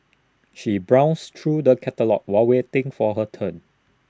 she browsed through the catalogues while waiting for her turn